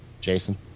Jason